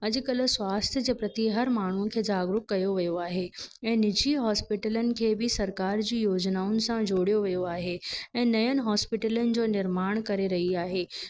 अॼुकल्ह स्वास्थ जे प्रति हर माण्हूअ खे जागरुक कयो वियो आहे ऐं निजी हॉस्पिटलनि खे बि सरकार जी योजनाऊ सां जोड़ियो वियो आहे ऐं नयनि हॉस्पिटलनि जो निर्माण करे रही आहे